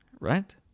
right